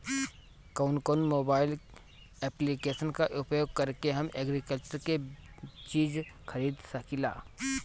कउन कउन mobile application का प्रयोग करके हम एग्रीकल्चर के चिज खरीद सकिला?